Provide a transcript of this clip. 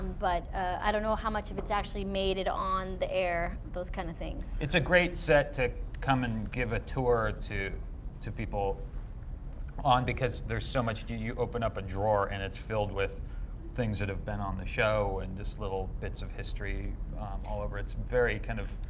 but i don't know how much of it's actually made it on the air, those kind of things. adam it's a great set to come and give a tour to to people on because there's so much, do you, open up a drawer and it's filled with things that have been on the show and just little bits of history all over it. it's very, kind of,